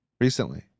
recently